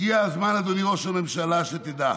הגיע הזמן, אדוני ראש הממשלה, שתדע: